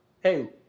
hey